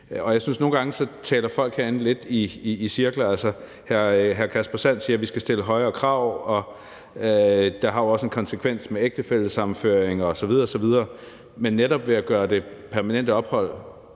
og jeg synes, at folk herinde nogle gange taler lidt i cirkler. Altså, hr. Kasper Sand Kjær siger, at vi skal stille højere krav, og at det også har en konsekvens med ægtefællesammenføring osv. osv., men netop ved at gøre det permanente ophold